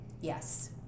Yes